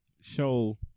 show